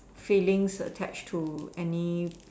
feelings attached to any